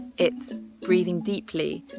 it's breathing deeply,